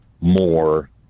more